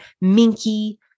Minky